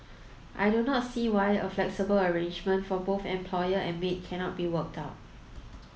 I do not see why a flexible arrangement for both employer and maid cannot be worked out